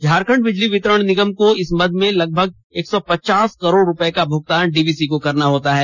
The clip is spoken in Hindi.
झारखंड बिजली वितरण निगम को इस मद में लगभग एक सौ पचास करोड़ रूपये का भुगतान डीवीसी को करना होता है